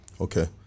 okay